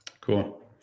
Cool